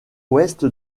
ouest